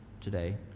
today